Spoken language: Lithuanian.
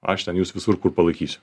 aš ten jus visur kur palaikysiu